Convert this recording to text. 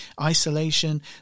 isolation